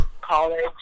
college